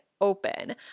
open